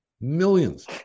millions